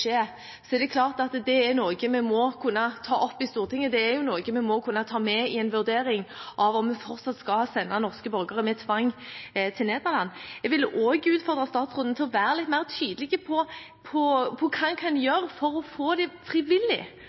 er det klart at det er noe vi må kunne ta opp i Stortinget. Det er noe vi må kunne ta med i en vurdering av om vi fortsatt skal sende norske borgere med tvang til Nederland. Jeg vil også utfordre statsråden til å være litt mer tydelig på hva en kan gjøre for å få dem til frivillig